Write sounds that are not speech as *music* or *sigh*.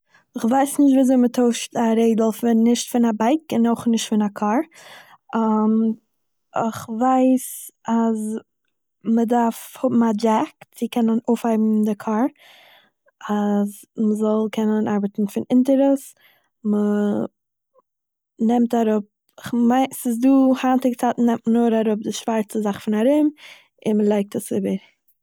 כ'ווייס נישט וויאזוי מען טוישט א רעדל פון- נישט פון א בייק און אויך נישט פון א קאר, *hesitation* כ'ווייס אז מ'דארף האבן א דזשעק צו קענען אויפהויבן די קאר, אז מ'זאל קענען ארבעטן פון אונטער עס, מ'נעמט אראפ, כ'מיין ס'איז דא- היינטיגע צייטן נעמט מען נאר אראפ די שווארצע זאך פון ארום און מ'לייגט דאס איבער